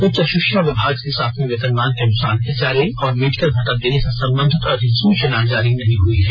उच्च षिक्षा विभाग से सातवें वेतनमान के अनुसार एचआरए और मेडिकल भत्ता देने से संबंधित अधिसूचना जारी नहीं हुई है